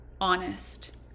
honest